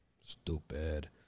stupid